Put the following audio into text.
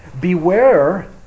Beware